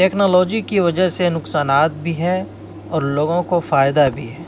technology کی وجہ سے نقصانات بھی ہیں اور لوگوں کو فائدہ بھی ہے